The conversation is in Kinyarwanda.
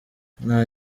nta